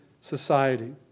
society